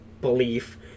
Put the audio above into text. belief